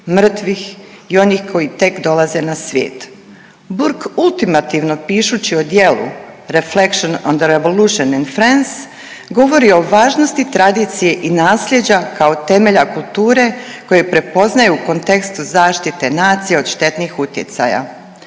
mrtvih i onih koji tek dolaze na svijet“. Burke ultimativno pišući o djelu „Reflections on the Revolution in France“ govori o važnosti tradicije i nasljeđa kao temelja kulture koji prepoznaje u kontekstu zaštite nacije od štetnih utjecaja.